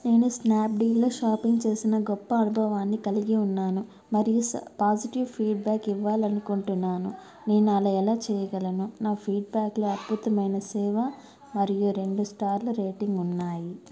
నేను స్నాప్డీల్లో షాపింగ్ చేసిన గొప్ప అనుభవాన్ని కలిగియున్నాను మరియు స పాజిటివ్ ఫీడ్బ్యాక్ ఇవ్వాలి అనుకుంటున్నాను నేను అలా ఎలా చేయగలను నా ఫీడ్బ్యాక్లో అద్భుతమైన సేవ మరియు రెండు స్టార్ల రేటింగ్ ఉన్నాయి